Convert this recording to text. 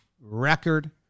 record